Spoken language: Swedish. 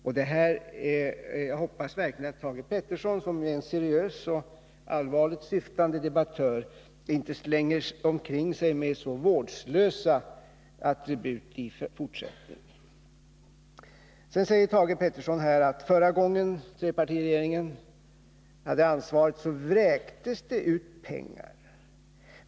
Jag hoppas verkligen att Thage Peterson, som är en seriös och allvarligt syftande debattör, inte slänger omkring sig så vårdslösa attribut i fortsättningen. Sedan säger Thage Peterson att förra gången trepartiregeringen hade ansvaret, så vräktes det ut pengar.